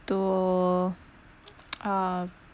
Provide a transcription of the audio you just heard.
to uh